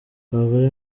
abagore